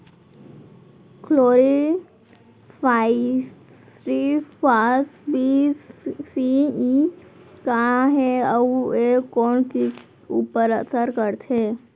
Chlorpyrifos बीस CE का हे अऊ ए कोन किट ऊपर असर करथे?